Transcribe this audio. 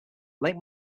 lake